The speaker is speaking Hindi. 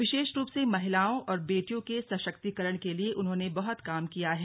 विशेष रूप से महिलाओं और बेटियों के सशक्तीकरण के लिए उन्होंने बहुत काम किया है